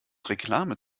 reklame